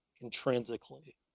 intrinsically